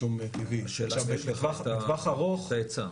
השאלה אם יש לכך את ההיצע.